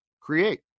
Create